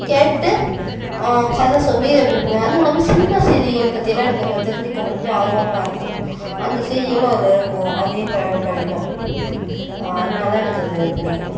கேட்டு கதை சொல்லி அப்படி பண்ணுவேன் அதுவும் இல்லாமல் சினிமா செய்திகள் பற்றியெல்லாம் எனக்கு கொஞ்சம் தெரிஞ்சிக்க கொஞ்சம் ஆர்வமாகருக்கும் அந்த செய்திகளும் அதில் இருக்கும் அதையும் படிப்பேன் அதனாலதான் எனக்கு அது பிடிக்கும்